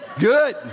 good